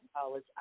college